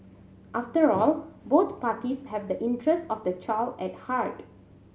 after all both parties have the interest of the child at heart